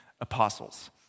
apostles